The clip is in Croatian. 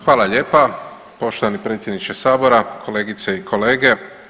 Hvala lijepa poštovani predsjedniče Sabora, kolegice i kolege.